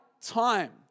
time